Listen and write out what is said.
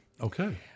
Okay